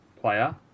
player